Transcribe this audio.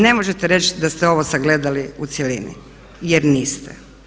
Ne možete reći da ste ovo sagledali u cjelini jer niste.